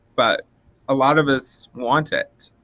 but a lot of us want it.